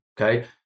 okay